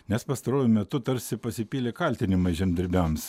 nes pastaruoju metu tarsi pasipylė kaltinimai žemdirbiams